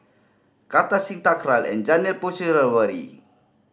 Kartar Singh Thakral and Janil Puthucheary